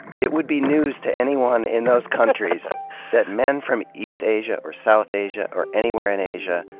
it would be news to anyone in those countries that men from east asia, or south asia, or anywhere in asia,